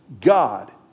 God